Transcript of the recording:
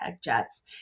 Jets